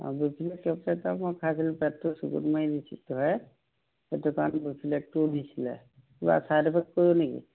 অঁ বেফিলেক টেবলেট এটা মই খাইছিলোঁ পেটটো চিকুট মাৰি ধৰে সেইটো কাৰণে বেফিলেকটো দিছিলে কিবা ছাইড ইফেক্ট কৰিব নেকি